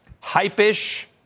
hype-ish